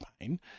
pain